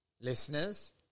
listeners